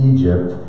Egypt